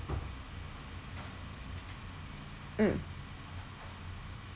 mm